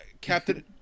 Captain